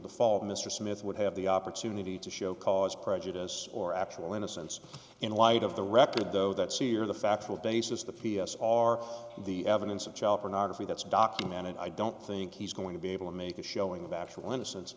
default mr smith would have the opportunity to show cause prejudice or actual innocence in light of the record though that cd or the factual basis the p s are the evidence of child pornography that's documented i don't think he's going to be able to make a showing of actual innocence